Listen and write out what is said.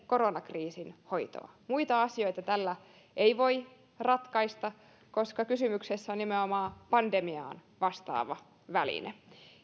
koronakriisin hoitoa muita asioita tällä ei voi ratkaista koska kysymyksessä on nimenomaan pandemiaan vastaava väline